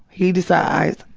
he decides,